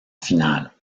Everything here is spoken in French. finale